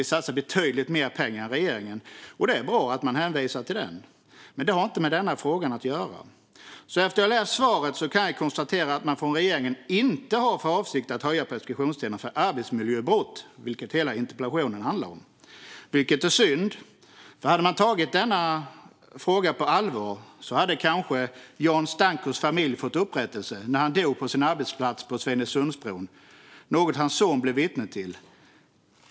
Vi satsade betydligt mer pengar än regeringen. Det är bra att man hänvisar till den, men det har inte med den här frågan att göra. Efter att jag läst svaret kan jag konstatera att regeringen inte har för avsikt att förlänga preskriptionstiderna för arbetsmiljöbrott, vilket hela interpellationen handlar om. Det är synd. Hade man tagit denna fråga på allvar hade kanske Jan Stankos familj fått upprättelse. Han dog på sin arbetsplats på Svinesundsbron, något hans son blev vittne till.